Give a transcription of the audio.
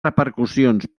repercussions